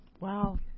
Wow